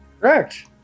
Correct